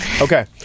Okay